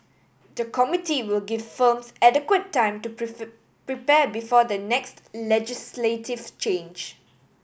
the committee will give firms adequate time to prepare before the next legislative change